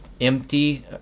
empty